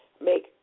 make